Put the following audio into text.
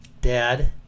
dad